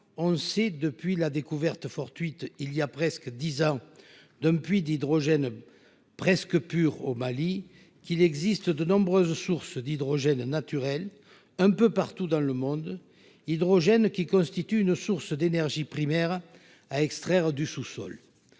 pourtant, depuis la découverte fortuite, voilà presque dix ans, d'un puits d'hydrogène presque pur au Mali, qu'il existe de nombreuses sources d'hydrogène naturel un peu partout dans le monde. Aussi, l'hydrogène constitue une source d'énergie primaire à extraire du sous-sol.